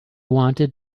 wanted